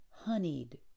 honeyed